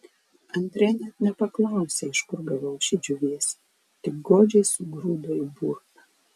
andrė net nepaklausė iš kur gavau šį džiūvėsį tik godžiai sugrūdo į burną